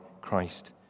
Christ